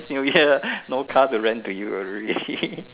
new year no car to rent to you already